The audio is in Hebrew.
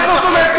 מה זאת אומרת,